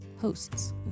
hosts